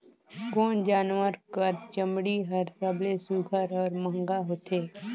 कोन जानवर कर चमड़ी हर सबले सुघ्घर और महंगा होथे?